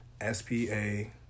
S-P-A